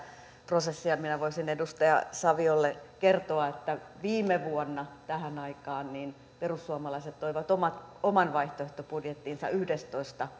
prosessia minä voisin edustaja saviolle kertoa että viime vuonna tähän aikaan perussuomalaiset toivat oman vaihtoehtobudjettinsa yhdestoista